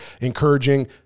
encouraging